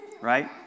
right